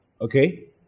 Okay